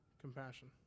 compassion